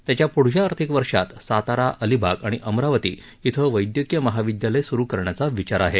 त्याच्या पुढच्या आर्थिक वर्षात सातारा अलिबाग आणि अमरावती इथं वैद्यकीय महाविद्यालय सुरू करण्याचा विचार आहे